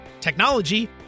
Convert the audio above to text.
technology